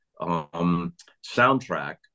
soundtrack